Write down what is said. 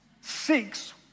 Six